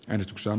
ehdotuksen